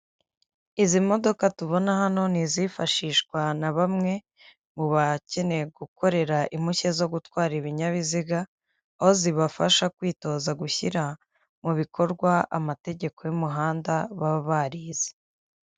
Izi modoka tubona hano ni izifashishwa na bamwe mu bakeneye gukorera impushya zo gutwara ibinyabiziga aho zibafasha kwitoza, gushyira mu bikorwa amategeko y'umuhanda baba barize.